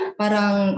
parang